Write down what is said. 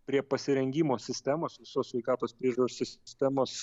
prie pasirengimo sistemos visos sveikatos priežiūros sistemos